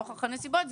לנוכח הנסיבות,